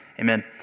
Amen